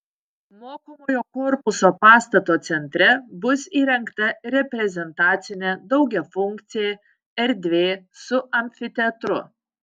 mokomojo korpuso pastato centre bus įrengta reprezentacinė daugiafunkcė erdvė su amfiteatru